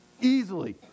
Easily